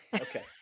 Okay